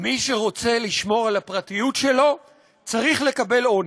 מי שרוצה לשמור על הפרטיות שלו צריך לקבל עונש,